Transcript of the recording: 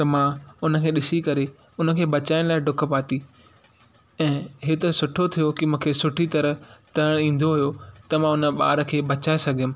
त मां हुन खे ॾिसी करे हुन खे बचाइण लाइ डुक पाती ऐं इहे त सुठो थियो की मूंखे सुठी तरह तरण ईंदो हुओ त मां हुन ॿार खे बचाए सघियमि